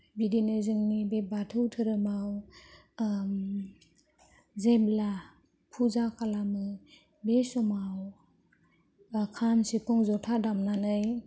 बिदिनो जोंनि बे बाथौ धोरोमाव जेब्ला फुजा खालामो बे समाव एबा खाम सिफुं जथा दामनानै